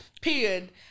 Period